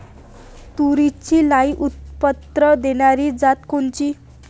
तूरीची लई उत्पन्न देणारी जात कोनची?